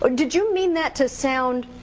ah did you mean that to sound